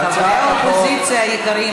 חברי האופוזיציה היקרים,